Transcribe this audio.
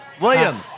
William